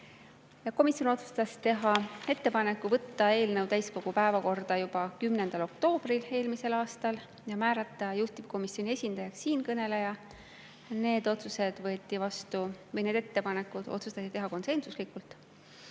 Komisjon otsustas teha ettepaneku võtta eelnõu täiskogu päevakorda juba 10. oktoobril eelmisel aastal ja määrata juhtivkomisjoni esindajaks siinkõneleja. Need otsused olid konsensuslikud.